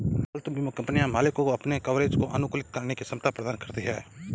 पालतू बीमा कंपनियां मालिकों को अपने कवरेज को अनुकूलित करने की क्षमता प्रदान करती हैं